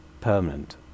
permanent